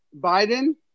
Biden